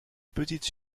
petites